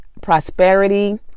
prosperity